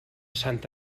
sant